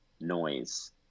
noise